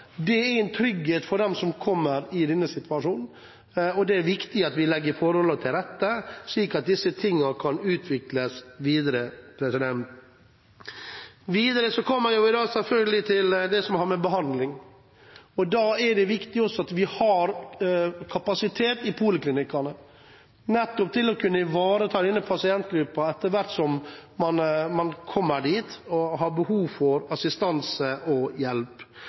er en trygghet for dem som kommer i denne situasjonen, og det er viktig at vi legger forholdene til rette slik at dette kan utvikles videre. Videre kommer vi til det som har med behandling å gjøre. Det er viktig at vi har kapasitet i poliklinikkene til å kunne ivareta denne pasientgruppen etter hvert som de kommer dit og har behov for assistanse og hjelp.